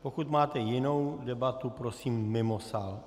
Pokud máte jinou debatu, prosím mimo sál.